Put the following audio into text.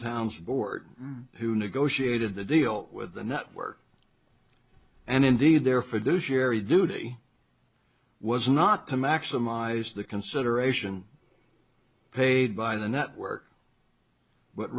towns board who negotiated the deal with the network and indeed their fiduciary duty was not to maximize the consideration paid by the network but